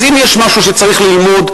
אז אם יש משהו שצריך ללמוד,